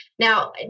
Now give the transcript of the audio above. Now